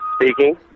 speaking